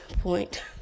point